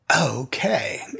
Okay